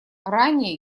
ранее